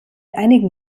einigen